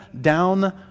down